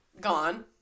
gone